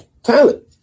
Talent